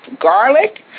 garlic